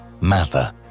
Mather